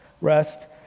rest